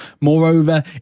Moreover